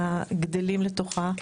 הגדלים לתוכה,